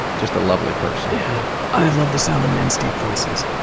just a lovely person. yeah i love the sound of men's deep voices.